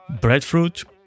breadfruit